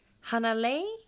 Hanalei